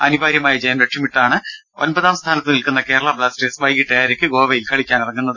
അനിവാര്യമായ ജയം ലക്ഷ്യമിട്ടാണ് രണ്ട് പോയിന്റോടെ ഒൻപതാം സ്ഥാനത്തു നിൽക്കുന്ന കേരള ബ്ലാസ്റ്റേഴ്സ് വൈകിട്ട് ഏഴരയ്ക്ക് ഗോവയിൽ കളിക്കാനിറങ്ങുന്നത്